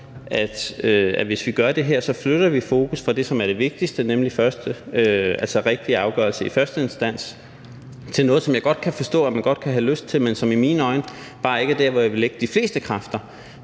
at hvis vi gør det her, flytter vi fokus fra det, som er det vigtigste, nemlig den rigtige afgørelse i første instans, til noget, som jeg godt kan forstå man godt kan have lyst til det, man som i mine øjne bare ikke er der, hvor jeg ville lægge de fleste kræfter,